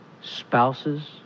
Spouses